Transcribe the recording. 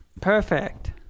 Perfect